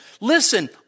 listen